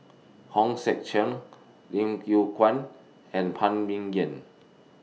Hong Sek Chern Lim Yew Kuan and Phan Ming Yen